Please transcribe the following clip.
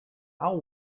all